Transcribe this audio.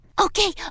Okay